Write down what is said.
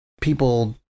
people